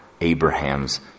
Abraham's